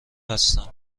هستم